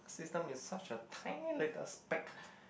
system is such a tiny little speck